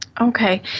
Okay